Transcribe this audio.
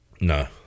no